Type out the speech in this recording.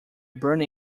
burned